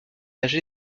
âgé